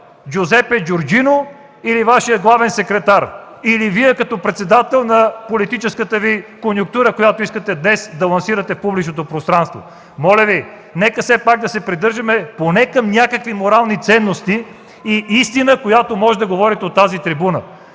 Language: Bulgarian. Джузепе Джорджино или Вашият главен секретар, или Вие като председател на политическата Ви конюнктура, която искате да лансирате днес в публичното пространство? Моля Ви, нека все пак да се придържаме поне към някакви морални ценности и истина, която може да говорите от тази трибуна.